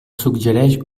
suggereix